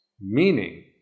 meaning